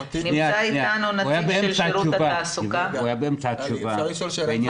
שנייה, הוא היה באמצע התשובה בעניין האקדמאים.